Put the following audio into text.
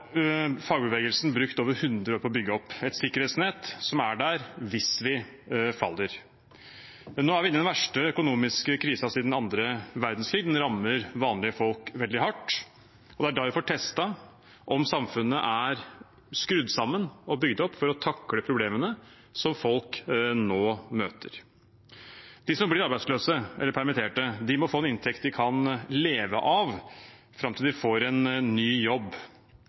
fagbevegelsen brukt over 100 år på å bygge opp – et sikkerhetsnett som er der hvis vi faller. Nå er vi inne i den verste økonomiske krisen siden den andre verdenskrigen – den rammer vanlige folk veldig hardt – og det er da vi får testet om samfunnet er skrudd sammen og bygd opp for å takle problemene som folk nå møter. De som blir arbeidsløse eller permitterte, må få en inntekt de kan leve av fram til de får en ny jobb.